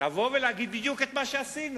לבוא ולהגיד בדיוק מה שעשינו: